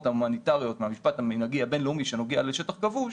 ההומניטריות מהמשפט המנהגי הבין-לאומי שנוגע לשטח כבוש,